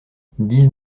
dix